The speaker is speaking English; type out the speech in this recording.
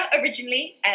originally